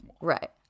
Right